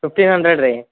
fifteen hundred ರೀ